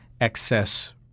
excess